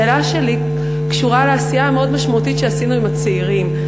העשייה שלי קשורה לעשייה המאוד-משמעותית שעשינו עם הצעירים.